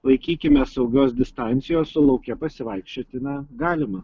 laikykimės saugios distancijos o lauke pasivaikščioti na galima